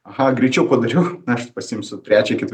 aha greičiau padariau na aš pasiimsiu trečią ketvi